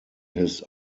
his